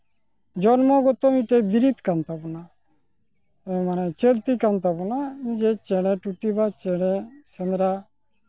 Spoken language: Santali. ᱡᱚᱱᱢᱚᱜᱚᱛᱚ ᱢᱤᱫᱴᱮᱱ ᱵᱤᱨᱤᱫ ᱠᱟᱱ ᱛᱟᱵᱳᱱᱟ ᱢᱟᱱᱮ ᱪᱚᱞᱛᱤ ᱠᱟᱱ ᱛᱟᱵᱚᱱᱟ ᱡᱮ ᱪᱮᱬᱮ ᱴᱩᱴᱤ ᱵᱟ ᱪᱮᱬᱮ ᱥᱮᱸᱫᱽᱨᱟ